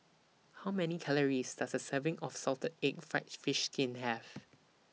How Many Calories Does A Serving of Salted Egg Fried Fish Skin Have